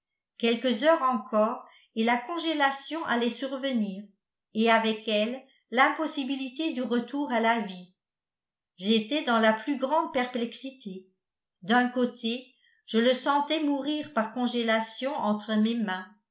quelques heures encore et la congélation allait survenir et avec elle l'impossibilité du retour à la vie j'étais dans la plus grande perplexité d'un côté je le sentais mourir par congélation entre mes mains